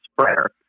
spreader